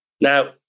Now